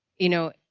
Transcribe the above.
you know,